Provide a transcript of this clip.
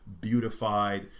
beautified